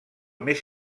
més